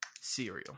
cereal